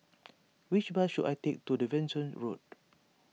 which bus should I take to Devonshire Road